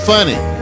Funny